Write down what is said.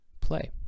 play